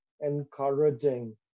encouraging